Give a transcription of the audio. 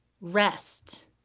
rest